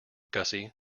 gussie